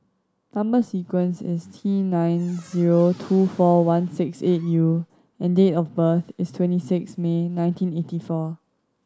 number sequence is T nine zero two four one six eight U and date of birth is twenty six May nineteen eighty four